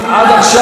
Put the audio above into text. אני לא מבינה,